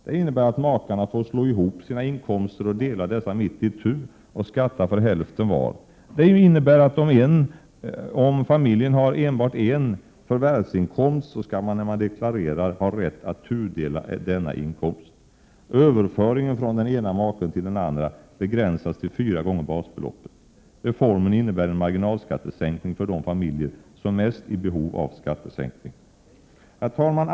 Det innebär att makarna får slå ihop sina inkomster och dela dessa mitt itu och skatta för hälften var. Det innebär att om familjen har enbart en förvärvsinkomst skall man när man deklarerar ha rätt att tudela denna inkomst. Överföringen från den ena maken till den andra begränsas till fyra gånger basbeloppet. Reformen innebär en marginalskattesänkning för de familjer som är mest i behov av en skattesänkning. Herr talman!